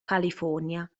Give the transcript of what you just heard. california